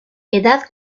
edad